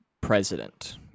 President